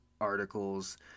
articles